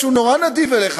שהוא נורא נדיב אליך,